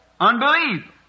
Unbelief